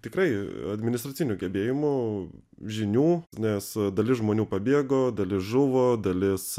tikrai administracinių gebėjimų žinių nes dalis žmonių pabėgo dalis žuvo dalis